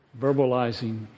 verbalizing